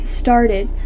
started